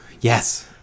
yes